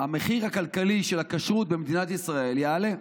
המחיר הכלכלי של הכשרות במדינת ישראל יעלה.